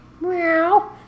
Meow